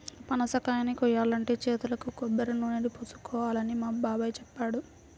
పనసకాయని కోయాలంటే చేతులకు కొబ్బరినూనెని పూసుకోవాలని మా బాబాయ్ చెప్పాడు